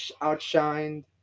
outshined